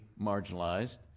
marginalized